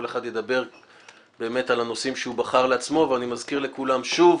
אחד ידבר על הנושאים שהוא בחר לעצמו אבל אני מזכיר לכולם שוב